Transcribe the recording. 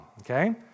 okay